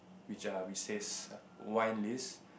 which are we says wine list